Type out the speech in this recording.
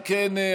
אם כן,